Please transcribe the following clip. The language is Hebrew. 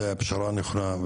זו הייתה הפשרה הנכונה.